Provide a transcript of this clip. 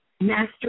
master